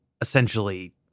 essentially